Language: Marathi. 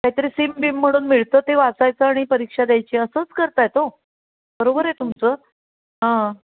कायतरी सिमबिम म्हणून मिळतं ते वाचायचं आणि परीक्षा द्यायची असंच करत आहेत हो बरोबर आहे तुमचं हां